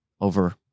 over